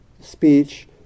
speech